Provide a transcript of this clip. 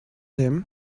him